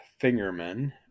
Fingerman